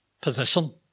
position